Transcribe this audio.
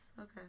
Okay